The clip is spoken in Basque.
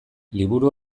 liburu